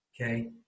Okay